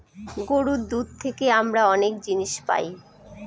গরুর দুধ থেকে আমরা অনেক জিনিস পায়